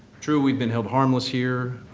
true, we've been held harmless here.